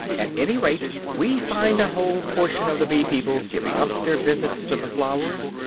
at any rate we find a whole portion of the bee-people giving up their visits to the flowers,